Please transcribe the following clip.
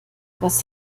was